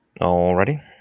Alrighty